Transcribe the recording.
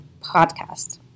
podcast